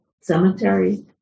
Cemetery